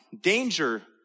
danger